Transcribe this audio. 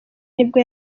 nibwo